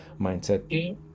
mindset